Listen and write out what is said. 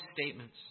statements